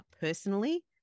personally